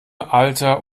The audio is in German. alter